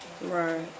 Right